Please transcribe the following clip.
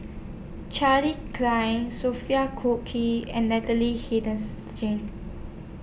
Charles Dyce Sophia Cooke and Natalie